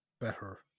better